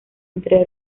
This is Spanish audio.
entre